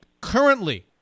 Currently